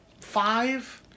Five